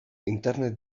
internet